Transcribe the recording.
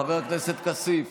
חבר הכנסת כסיף,